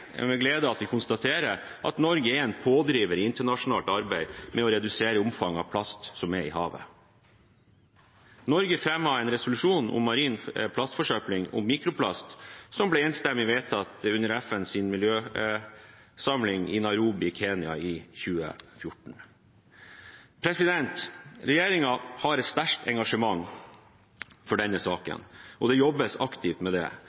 med glede vi konstaterer at Norge er pådriver i internasjonalt arbeid med å redusere omfanget av plast som er i havet. Norge fremmet en resolusjon om marin plastforsøpling og mikroplast som ble enstemmig vedtatt under FNs miljøsamling i Nairobi i Kenya i 2014. Regjeringen har et sterkt engasjement i denne saken, og det jobbes aktivt med